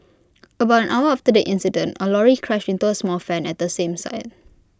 about an hour after the incident A lorry crashed into A small van at the same site